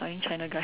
China guy